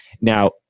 Now